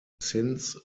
since